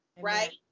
Right